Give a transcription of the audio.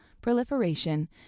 proliferation